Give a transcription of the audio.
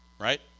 right